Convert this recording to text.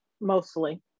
mostly